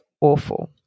awful